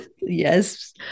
Yes